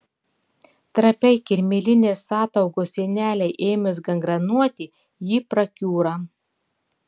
trapiai kirmėlinės ataugos sienelei ėmus gangrenuoti ji prakiūra